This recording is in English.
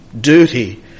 duty